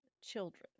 children